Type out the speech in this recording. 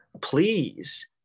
please